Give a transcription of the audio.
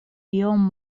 iom